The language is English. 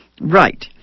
Right